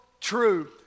true